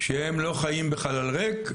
שהם לא חיים בחלל ריק,